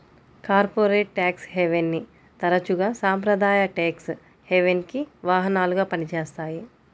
corporate tax హెవెన్ని తరచుగా సాంప్రదాయ ట్యేక్స్ హెవెన్కి వాహనాలుగా పనిచేస్తాయి